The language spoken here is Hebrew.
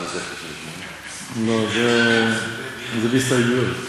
לא, זה בלי הסתייגויות.